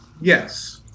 yes